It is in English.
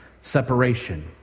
separation